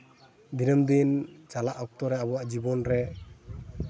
ᱫᱤᱱᱟᱹᱢ ᱫᱤᱱ ᱪᱟᱞᱟᱜ ᱚᱠᱛᱚ ᱨᱮ ᱟᱵᱚᱣᱟᱜ ᱡᱤᱵᱚᱱ ᱨᱮ